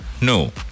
No